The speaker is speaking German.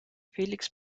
felix